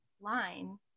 line